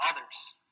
others